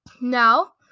now